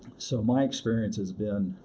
so, my experience has been,